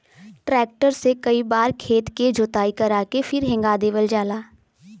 tractor से कई बार खेत के जोताई करा के फिर हेंगा देवल जाला